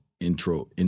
intro